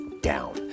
down